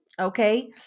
Okay